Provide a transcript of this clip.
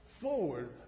forward